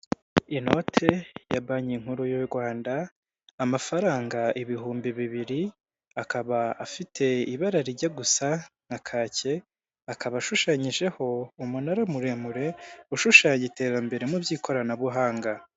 Inote ya banki nkuru y'u Rwanda amafaranga ibihumbi bibiri akaba afite ibara rijya gusa na kake akaba ashushanyijeho umunara muremure ushushanya iterambere mu by'ikoranabuhanga.